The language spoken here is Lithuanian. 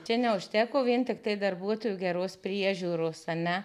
čia neužteko vien tiktai darbuotojų geros priežiūros ane